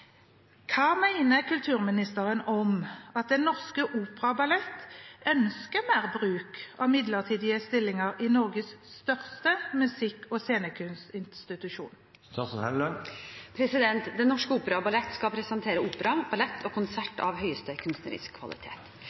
Hva mener statsråden om at Den Norske Opera & Ballett ønsker mer bruk av midlertidige stillinger i Norges største musikk- og scenekunstinstitusjon?» Den Norske Opera & Ballett skal presentere opera, ballett og konserter av høyeste kunstneriske kvalitet. Jeg forstår at det høye kravet til kunstnerisk kvalitet